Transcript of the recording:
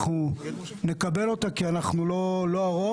אנחנו נקבל אותה, כי אנחנו לא הרוב,